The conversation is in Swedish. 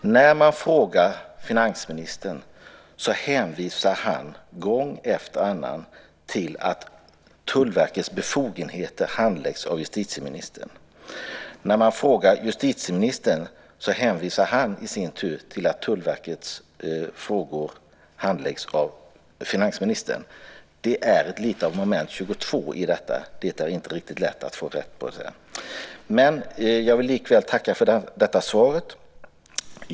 När man frågar finansministern hänvisar han gång efter annan till att Tullverkets befogenheter handläggs av justitieministern. När man frågar justitieministern hänvisar han i sin tur till att Tullverkets frågor handläggs av finansministern. Det är lite grann av ett moment 22 i detta. Det är inte riktigt lätt att få reda på detta. Men jag vill likväl tacka för detta svar.